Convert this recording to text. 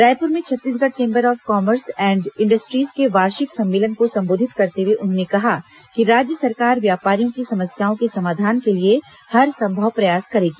रायपुर में Chhattisgarh chamber of commerce and industries के वार्षिक सम्मेलन को संबोधित करते हुए उन्होंने कहा कि राज्य सरकार व्यापारियों की समस्याओं के समाधान के लिए हरसंभव प्रयास करेगी